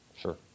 sure